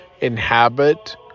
inhabit